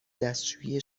دستشویی